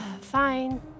Fine